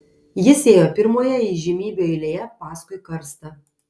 jis ėjo pirmoje įžymybių eilėje paskui karstą